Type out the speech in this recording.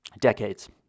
decades